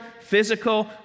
physical